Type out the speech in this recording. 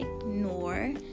ignore